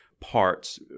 parts